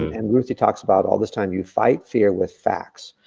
and ruthie talks about all this time you fight fear with facts,